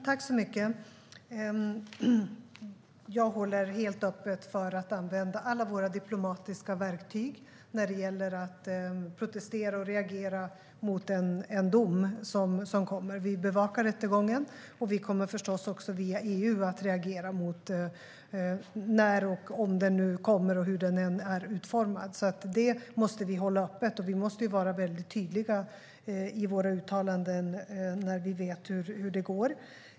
Fru talman! Jag är helt öppen för att använda alla våra diplomatiska verktyg när det gäller att protestera och reagera mot en dom som kommer. Vi bevakar rättegången, och vi kommer förstås också att via EU reagera på domen när och om den nu kommer och hur den än är utformad. Det måste vi alltså hålla öppet, och vi måste vara väldigt tydliga i våra uttalanden när vi vet hur det går.